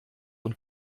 und